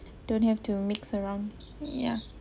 don't have to mix around ya